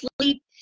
sleep